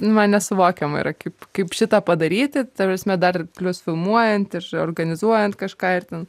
man nesuvokiama yra kaip kaip šitą padaryti ta prasme dar plius filmuojant ir organizuojant kažką ir ten